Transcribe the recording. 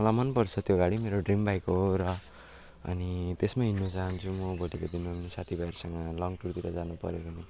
मलाई मन पर्छ त्यो गाडी मेरो ड्रिम बाइक हो र अनि त्यसमा हिँड्नु चाहन्छु म भोलिको दिनमा साथी भाइहरूसँग लङ टुरतिर जानु पऱ्यो भने